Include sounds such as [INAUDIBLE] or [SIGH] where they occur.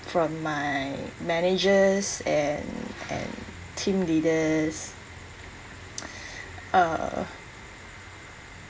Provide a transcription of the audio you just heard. from my managers and and team leaders [NOISE] uh